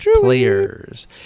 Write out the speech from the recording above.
players